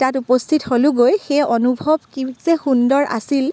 তাত উপস্থিত হ'লোঁগৈ সেই অনুভৱ কি যে সুন্দৰ আছিল